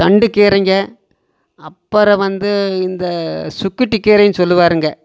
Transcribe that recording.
தண்டு கீரைங்க அப்புறோம் வந்து இந்த சுக்கிட்டி கீரையினு சொல்லுவாருங்க